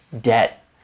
debt